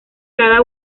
cada